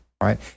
right